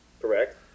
Correct